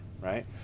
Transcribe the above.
right